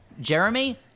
Jeremy